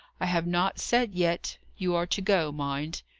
i have not said yet you are to go, mind.